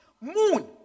Moon